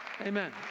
Amen